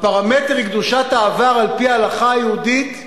הפרמטר הוא קדושת העבר על-פי ההלכה היהודית,